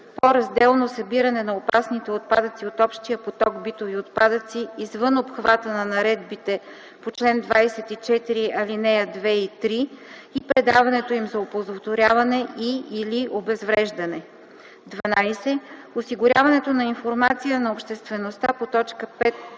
по разделно събиране на опасните отпадъци от общия поток битови отпадъци извън обхвата на наредбите по чл. 24, ал. 2 и 3 и предаването им за оползотворяване и/или обезвреждане; 12. осигуряването на информация на обществеността по т.